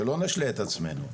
שלא נשלה את עצמנו,